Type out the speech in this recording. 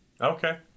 okay